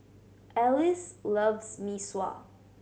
Alyce loves Mee Sua